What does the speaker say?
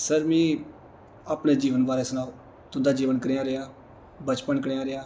sir मिगी अपने जीवन बारै सनाओ तुं'दा जीवन कनेहा रेहा बचपन कनेहा रेहा